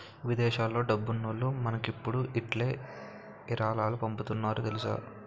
విదేశాల్లో డబ్బున్నోల్లు మనకిప్పుడు ఇట్టే ఇరాలాలు పంపుతున్నారు తెలుసా